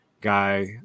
guy